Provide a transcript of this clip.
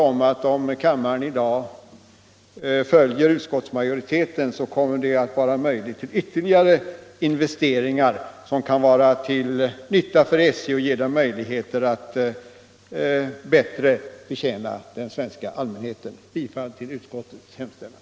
Om kammaren i dag följer utskottsmajoriteten är jag förvissad om att det kommer att bli möjligt att göra ytterligare investeringar som kan vara till nytta för SJ och ge företaget möjligheter att bättre betjäna den svenska allmänheten. Herr talman! Jag yrkar bifall till utskottets hemställan.